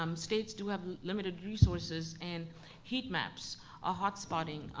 um states do have limited resources and heat maps are hotspotting,